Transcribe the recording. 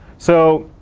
so